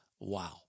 Wow